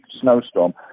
snowstorm